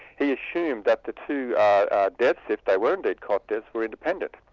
he assumed that the two ah deaths, if they were indeed cot deaths, were independent.